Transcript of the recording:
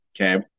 Okay